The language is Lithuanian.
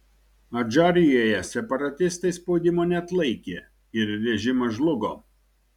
adžarijoje separatistai spaudimo neatlaikė ir režimas žlugo